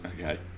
okay